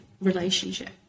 relationship